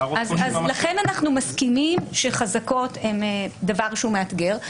לכן אנחנו מסכימים שחזקות הן דבר שהוא מאתגר.